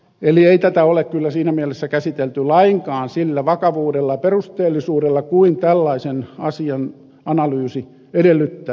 neliöitä ole kyllä siinä mielessä käsitelty lainkaan sillä vakavuudella perusteellisuudella kuin tällaisen asian analyysi edellyttää